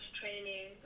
training